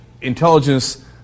intelligence